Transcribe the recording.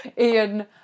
Ian